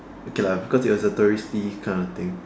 okay lah because it was a touristy kind of thing